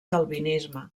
calvinisme